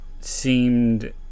seemed